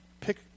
pick